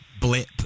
blip